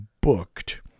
booked